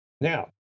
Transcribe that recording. Now